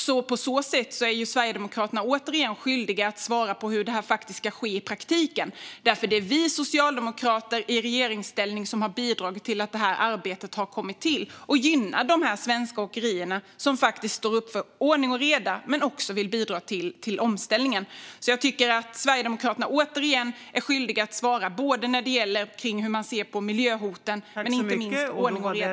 Därför blir Sverigedemokraterna återigen skyldiga att svara på hur detta ska ske i praktiken. Det är ju vi socialdemokrater i regeringsställning som har bidragit till att detta arbete har kommit till stånd. Det gynnar de svenska åkerierna, som står upp för ordning och reda och också vill bidra till omställningen. Jag tycker att Sverigedemokraterna återigen är skyldiga att svara, både när det gäller hur man ser på miljöhoten och när det gäller ordning och reda.